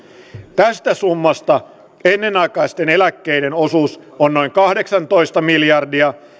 tästä summasta ennenaikaisten eläkkeiden osuus on noin kahdeksantoista miljardia